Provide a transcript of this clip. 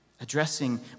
addressing